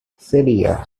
celia